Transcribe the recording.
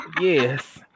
Yes